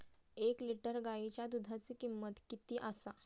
एक लिटर गायीच्या दुधाची किमंत किती आसा?